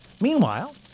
Meanwhile